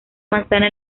manzana